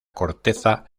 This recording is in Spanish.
corteza